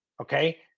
okay